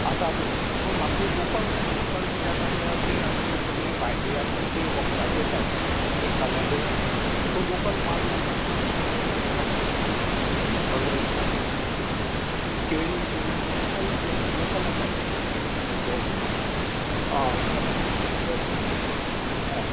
आसात पूण म्हाका ती लोकल जाय लोकल किद्या काय म्हल्यार ती आतां सगळीं भायली आस न्ही ती वखदाची जी येता ती खाल्यार बेजार येता पूण लोकल म्हाल मेळटा न्ही ओनर आसा ओनर आसा बी अशीं केळी बिळी लोकल लोक् लोकल आसात न्ही ओके आं जावूं तर आं